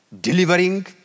delivering